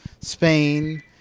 Spain